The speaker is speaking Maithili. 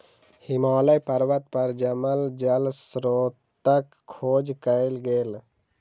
हिमालय पर्वत पर जमल जल स्त्रोतक खोज कयल गेल